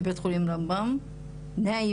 ביקשתי